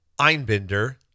Einbinder